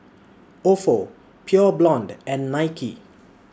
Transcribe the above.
Ofo Pure Blonde and Nike